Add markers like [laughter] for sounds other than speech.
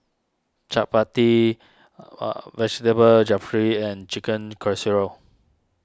Chaat Papri [hesitation] Vegetable Jeffry and Chicken Casserole